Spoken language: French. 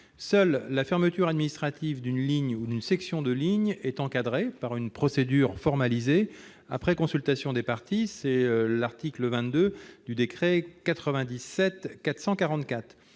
Seule la fermeture administrative d'une ligne ou d'une section de ligne est encadrée par une procédure formalisée après consultation des parties, aux termes de l'article 22 du décret n° 97-444